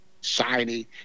shiny